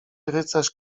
rycerz